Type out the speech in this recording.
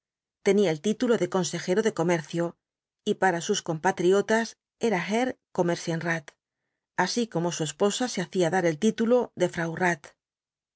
tenía el título de consejero de comercio y para sus compatriotas era herr comer zieiirath así como su esposa se hacía dar el título de frau